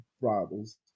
rivals